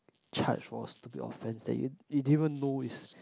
charged for stupid offense that you you didn't even know is